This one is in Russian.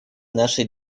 нашей